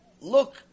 look